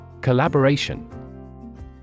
collaboration